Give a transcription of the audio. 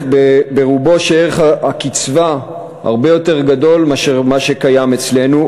וברובו ערך הקצבה הרבה יותר גדול ממה שקיים אצלנו,